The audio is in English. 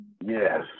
Yes